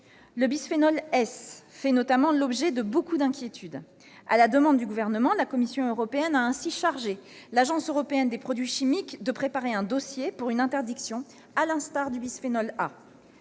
Le bisphénol S, notamment, fait l'objet de beaucoup d'inquiétudes. À la demande du Gouvernement, la Commission européenne a ainsi chargé l'Agence européenne des produits chimiques de préparer un dossier pour une interdiction, à l'instar du bisphénol A.